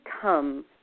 come